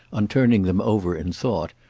on turning them over in thought,